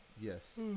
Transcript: Yes